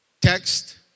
text